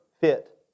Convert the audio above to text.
fit